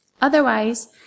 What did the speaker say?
otherwise